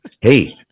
hey